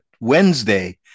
Wednesday